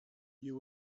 you